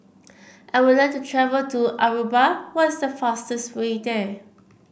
I would like to travel to Aruba what is the fastest way there